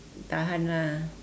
tahan lah